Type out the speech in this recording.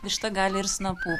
višta gali ir snapu